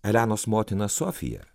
elenos motina sofija